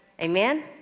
Amen